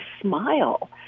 smile